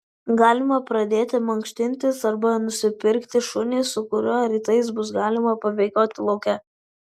galima pradėti mankštintis arba nusipirkti šunį su kuriuo rytais bus galima pabėgioti lauke